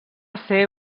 ser